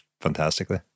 fantastically